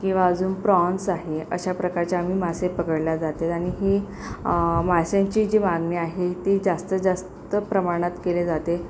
किंवा अजून प्रॉन्स आहे अशा प्रकारचे आम्ही मासे पकडले जाते आणि ही माशांची जी मागणी आहे ती जास्त जास्त प्रमाणात केली जाते